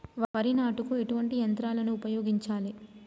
వరి నాటుకు ఎటువంటి యంత్రాలను ఉపయోగించాలే?